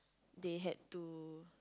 they had to